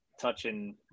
touching